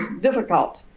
difficult